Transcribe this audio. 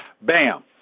Bam